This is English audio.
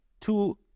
two